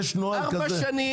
יש נוהל כזה,